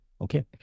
Okay